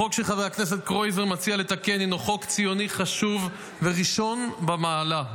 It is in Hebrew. החוק שחבר הכנסת קרויזר מציע לתקן הינו חוק ציוני חשוב וראשון במעלה.